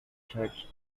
church